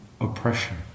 oppression